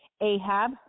Ahab